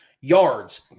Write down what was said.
yards